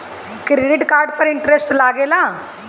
Credit card पर interest लागेला?